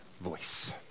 voice